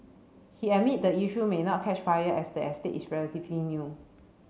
he admit the issue may not catch fire as the estate is relatively new